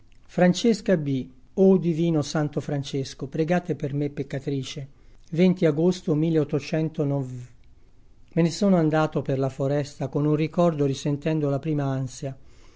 o divino santo francesco pregate per me peccatrice gosto e ne sono andato per la foresta con un ricordo risentendo la prima ansia